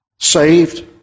saved